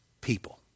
people